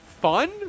fun